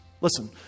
Listen